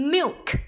Milk